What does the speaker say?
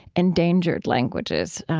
endangered languages,